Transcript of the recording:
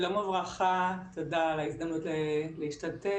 שלום וברכה, תודה על ההזדמנות להשתתף.